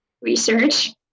research